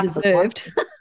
deserved